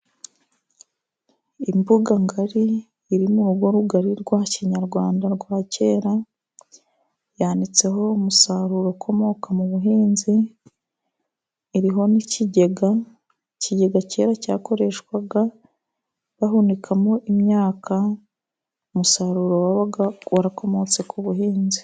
Imbuga ngari iri mu rugo rugari rwa kinyarwanda rwa kera. Yanitseho umusaruro ukomoka mu buhinzi, iriho n'ikigega, ikigega kera cyakoreshwaga bahunikamo imyaka. Umusaruro wabaga warakomotse ku buhinzi.